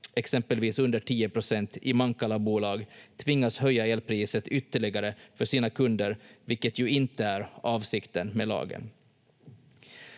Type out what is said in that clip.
exempelvis under 10 procent, i Mankala-bolag tvingas höja elpriset ytterligare för sina kunder, vilket ju inte är avsikten med lagen.